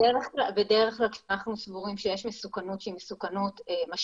בדרך כלל כשאנחנו סבורים שיש מסוכנות שהיא משמעותית,